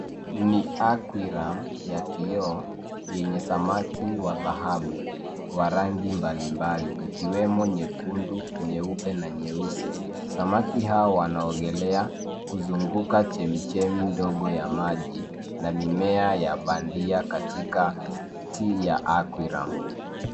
Ni aquarium ya kioo yenye samaki wa dhahabu wa rangi mbalimbali ikiwemo nyekundu, nyeupe na nyeusi. Samaki hao wanaogelea kuzunguka chemichemi ndogo ya maji na mimea ya bandia katika ti ya aquarium .